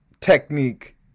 technique